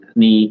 ni